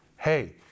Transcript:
Hey